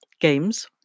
games